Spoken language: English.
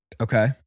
Okay